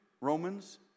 Romans